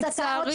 קודם כל,